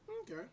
Okay